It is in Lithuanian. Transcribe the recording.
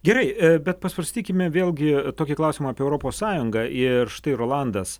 gerai bet pasvarstykime vėlgi tokį klausimą apie europos sąjungą ir štai rolandas